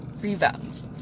Rebounds